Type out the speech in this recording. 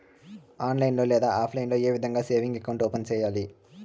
online లో లేదా offline లో ఏ విధంగా సేవింగ్ అకౌంట్ ఓపెన్ సేయాలి